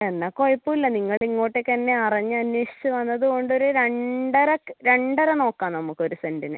എന്നാൽ കുഴപ്പമില്ല നിങ്ങൾ ഇങ്ങോട്ടേക്ക് തന്നെ അറിഞ്ഞ് അന്വേഷിച്ച് വന്നത് കൊണ്ട് ഒരു രണ്ടരക്ക് രണ്ടര നോക്കാം നമുക്ക് ഒരു സെൻ്റിന്